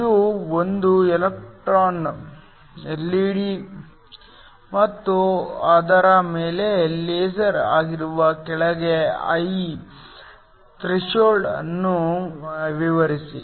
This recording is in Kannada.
ಇದು ಒಂದು ಎಲ್ಇಡಿ ಮತ್ತು ಅದರ ಮೇಲೆ ಲೇಸರ್ ಆಗಿರುವ ಕೆಳಗೆ ಐ ಥ್ರೆಶೋಲ್ಡ್ ಅನ್ನು ವಿವರಿಸಿ